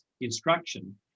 instruction